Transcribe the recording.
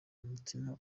umutima